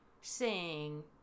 sing